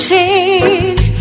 Change